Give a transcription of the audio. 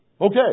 Okay